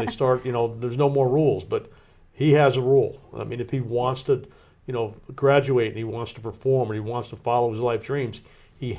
they start you know there's no more rules but he has a rule i mean if he wants to you know graduate he wants to perform or he wants to follow his life dreams he